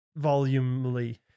volumely